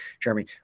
Jeremy